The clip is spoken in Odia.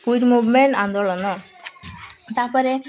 କ୍ୟୁଇଟ୍ ମୁଭମେଣ୍ଟ ଆନ୍ଦୋଳନ ତା'ପରେ